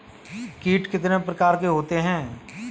कीट कितने प्रकार के होते हैं?